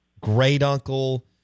great-uncle